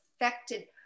affected